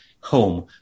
home